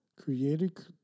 created